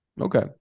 Okay